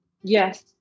Yes